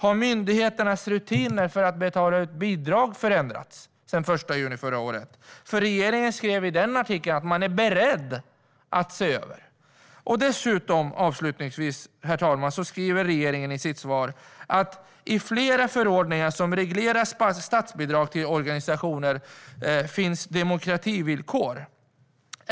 Har myndigheternas rutiner för att betala ut bidrag förändrats sedan den 1 juni förra året? Regeringen skrev i den artikeln att man är beredd att se över detta. Herr talman! Avslutningsvis vill jag säga att regeringen här säger i sitt svar att det i flera förordningar som reglerar statsbidrag till organisationer finns demokrativillkor.